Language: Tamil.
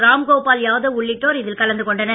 ராம்கோபால் யாதவ் உள்ளிட்டோர் இதில் கலந்து கொண்டனர்